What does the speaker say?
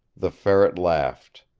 the ferret laughed.